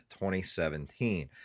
2017